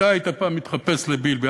כשאתה היית פעם מתחפש לבילבי,